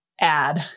add